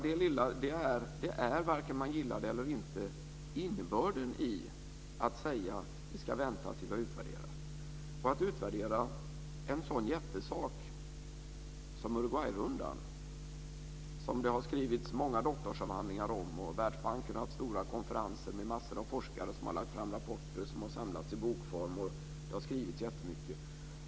Det är, oavsett om man gillar det eller inte, innebörden i att säga att vi ska vänta tills vi har utvärderat. Att utvärdera Uruguayrundan är en jättesak. Det har skrivits många doktorsavhandlingar om den och Världsbanken har haft stora konferenser med massor av forskare som har lagt fram rapporter som har samlats i bokform, och det har skrivits jättemycket.